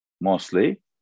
mostly